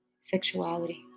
Sexuality